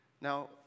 Now